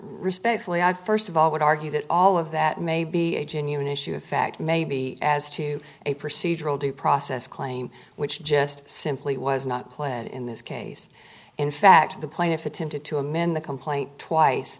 respectfully i st of all would argue that all of that may be a genuine issue of fact maybe as to a procedural due process claim which just simply was not pled in this case in fact the plaintiff attended to him in the complaint twice